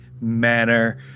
manner